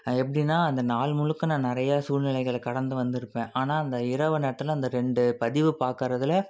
எப்படின்னா அந்த நாள் முழுக்க நான் நிறையா சூழ்நிலைகளை கடந்து வந்திருப்பேன் ஆனால் அந்த இரவு நேரத்தில் அந்த ரெண்டு பதிவு பார்க்குறதுல